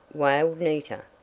wailed nita.